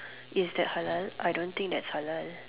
is that halal I don't think that's halal